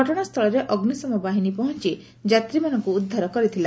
ଘଟଣାସ୍ଥଳରେ ଅଗ୍ନିଶମ ବାହିନୀ ପହଞ୍ଚ ଯାତ୍ରୀମାନଙ୍କୁ ଉଦ୍ଧାର କରିଥିଲା